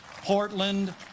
Portland